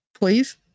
please